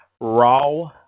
raw